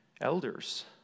Elders